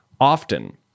often